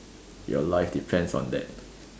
your life depends on that